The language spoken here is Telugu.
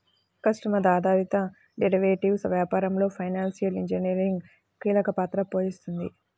కస్టమర్ ఆధారిత డెరివేటివ్స్ వ్యాపారంలో ఫైనాన్షియల్ ఇంజనీరింగ్ కీలక పాత్ర పోషిస్తుంది